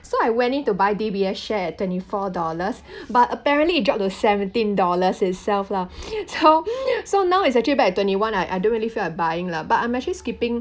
so I went in to buy D_B_S share twenty four dollars but apparently it drop to seventeen dollars itself lah so so now is actually back at twenty one I I don't really feel like buying lah but I'm actually skipping